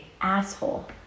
asshole